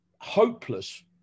hopeless